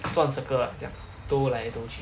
转 circle lah 这样兜来兜去